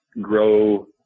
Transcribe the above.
grow